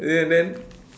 ya and then